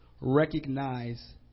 recognize